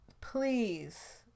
please